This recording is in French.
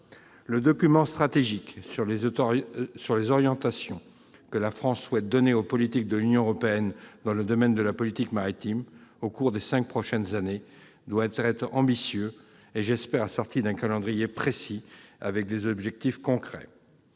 Le document stratégique relatif aux orientations que la France souhaite donner aux politiques de l'Union européenne dans le domaine de la politique maritime au cours des cinq prochaines années doit être ambitieux. J'espère qu'il sera assorti d'un calendrier précis, avec des objectifs concrets.